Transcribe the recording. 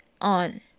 on